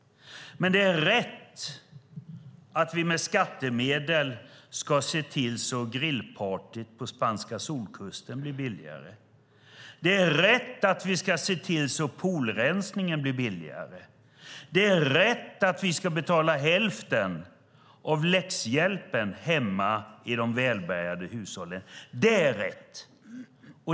Men det är rätt att vi med skattemedel ska se till att grillpartyt på spanska solkusten blir billigare. Det är rätt att vi ska se till att poolrensningen blir billigare. Det är rätt att vi ska betala hälften av läxhjälpen hemma i de välbärgade hushållen. Det är rätt.